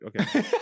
okay